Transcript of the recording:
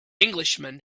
englishman